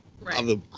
Right